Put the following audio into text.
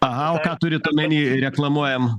aha o ką turit omeny reklamuojam